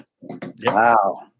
Wow